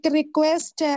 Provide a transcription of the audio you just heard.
request